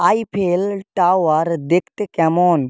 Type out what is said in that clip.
Eiffel Tower দেখতে কেমন